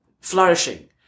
flourishing